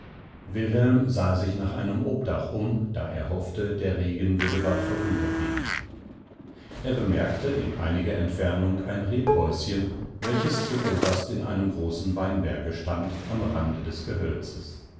wilhelm sah sich nach einem obdach um da er hoffte der regen würde bald vorübergehen er bemerkte in einiger entfernung ein rebhäuschen welches zuoberst in einem großen weinberge stand am rande des gehölzes